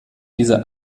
diese